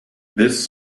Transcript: this